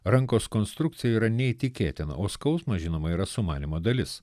rankos konstrukcija yra neįtikėtina o skausmas žinoma yra sumanymo dalis